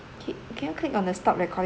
okay can you click on the stop recording